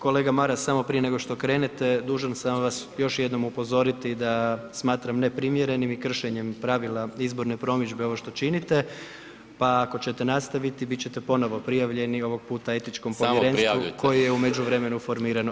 Kolega Maras, samo prije nego što krenete dužan sam vas još jednom upozoriti da smatram neprimjerenim i kršenjem pravila izborne promidžbe ovo što činite, pa ako ćete nastaviti biti ćete ponovno prijavljeni, ovog puta etičkom povjerenstvu [[Upadica Maras: Samo prijavljujte.]] koje je u međuvremenu formirano